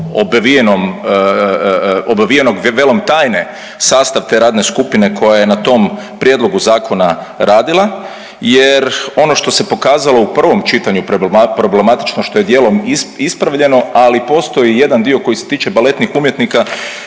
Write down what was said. obvijenog velom tajne sastav te radne skupine koja je na tom prijedlogu zakona radila jer ono što se pokazalo u provom čitanju problematično što je dijelom ispravljeno ali postoji jedan dio koji se tiče baletnih umjetnika